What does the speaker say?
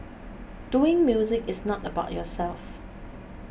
doing music is not about yourself